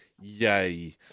yay